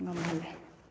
ꯉꯝꯍꯟꯂꯦ